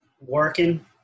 Working